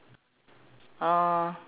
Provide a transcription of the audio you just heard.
uh